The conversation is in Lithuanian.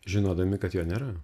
žinodami kad jo nėra